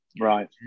Right